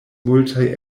multaj